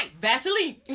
Vaseline